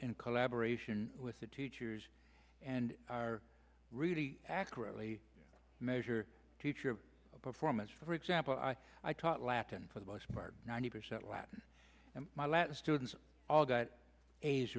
in collaboration with the teachers and are really accurately measure teacher performance for example i taught latin for the most part ninety percent latin and my latin students a